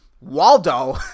Waldo